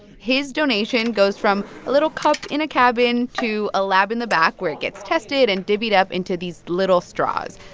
his donation goes from a little cup in a cabin to a lab in the back where it gets tested and divvied up into these little straws.